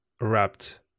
wrapped